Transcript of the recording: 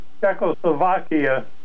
Czechoslovakia